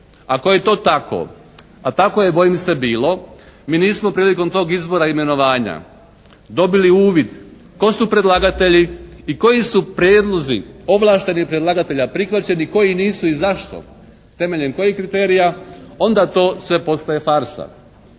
Ako je to tako, a tako je bojim se bilo, mi nismo prilikom tog izbora i imenovanja dobili uvid tko su predlagatelji i koji su prijedlozi ovlaštenih predlagatelja prihvaćeni, koji nisu i zašto, temeljem kojih kriterija, onda to sve postaje farsa.